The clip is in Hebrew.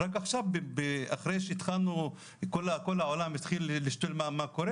רק עכשיו אחרי שהתחלנו וכל העולם התחיל לשאול מה קורה